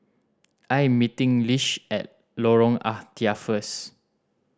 I am meeting Lish at Lorong Ah Thia first